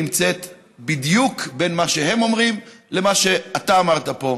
נמצאת בדיוק בין מה שהם אומרים למה שאתה אמרת פה,